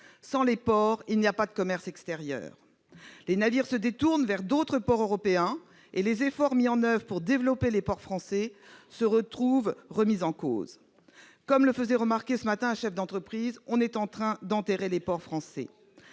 Sans les ports, il n'y a pas de commerce extérieur. Les navires se détournent vers d'autres ports européens, et les efforts mis en oeuvre pour développer les ports français se trouvent remis en cause. Comme le faisait remarquer ce matin un chef d'entreprise, on est en train d'enterrer les ports français.